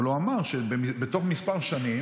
אבל הוא אמר שבתוך כמה שנים